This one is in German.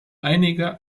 einige